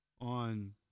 On